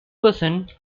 percent